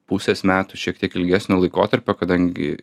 pusės metų šiek tiek ilgesnio laikotarpio kadangi